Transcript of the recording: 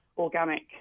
organic